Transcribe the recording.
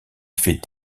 fait